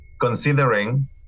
considering